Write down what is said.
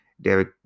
David